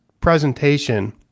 presentation